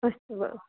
अस्तु वा